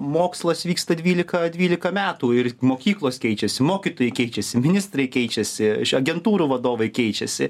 mokslas vyksta dvylika dvylika metų ir mokyklos keičiasi mokytojai keičiasi ministrai keičiasi agentūrų vadovai keičiasi